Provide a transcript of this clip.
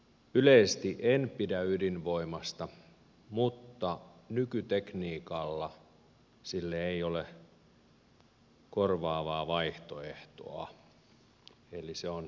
yleisesti en pidä ydinvoimasta mutta nykytekniikalla sille ei ole korvaavaa vaihtoehtoa eli se on välttämättömyys